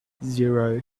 zero